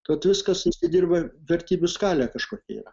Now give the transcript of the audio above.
vat viskas išsidirba vertybių skalė kažkokia yra